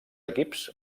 equips